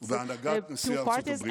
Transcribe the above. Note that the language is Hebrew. ובהנהגת נשיא ארצות הברית,